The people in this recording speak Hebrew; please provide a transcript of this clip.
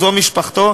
זו משפחתו,